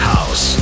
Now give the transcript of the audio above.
House